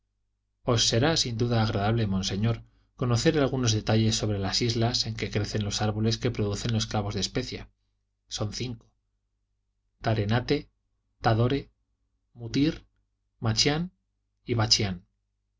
os será sin duda agradable monseñor conocer algunos detalles sobre las islas en que crecen los árboles que producen los clavos de especia son cinco tarenate tadore mutir machián y bachián